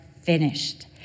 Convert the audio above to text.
finished